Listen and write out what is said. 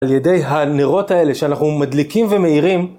על ידי הנרות האלה שאנחנו מדליקים ומאירים.